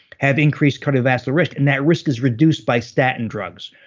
have increased cardiovascular risk. and that risk is reduced by statin drugs.